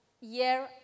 year